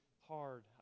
hard